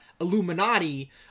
Illuminati